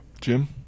Jim